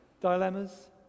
Dilemmas